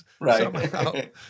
right